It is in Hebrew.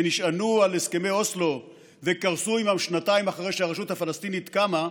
שנשענו על הסכמי אוסלו וקרסו עימם שנתיים אחרי שהרשות הפלסטינית קמה,